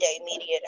immediate